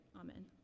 Amen